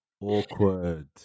Awkward